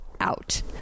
out